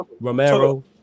Romero